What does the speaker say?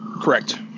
Correct